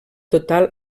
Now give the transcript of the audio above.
total